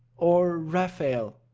or raphael,